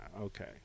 okay